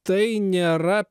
tai nėra